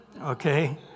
Okay